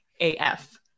af